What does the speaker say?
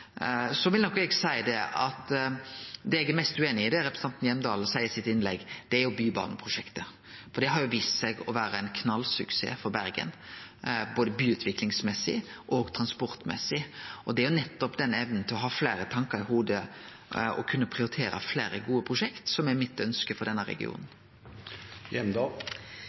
representanten Hjemdal seier i innlegget sitt, gjeld bybaneprosjektet, for det har vist seg å vere ein knallsuksess for Bergen, både byutviklingsmessig og transportmessig. Det er nettopp denne evna til å ha fleire tankar i hovudet og kunne prioritere fleire gode prosjekt som er ønsket mitt for denne